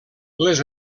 les